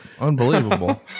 Unbelievable